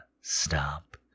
stop